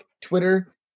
twitter